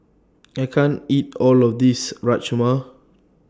I can't eat All of This Rajma